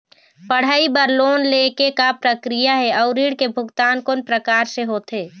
पढ़ई बर लोन ले के का प्रक्रिया हे, अउ ऋण के भुगतान कोन प्रकार से होथे?